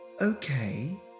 Okay